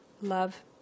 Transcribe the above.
Love